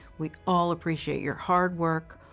we all appreciate your hard work,